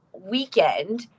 weekend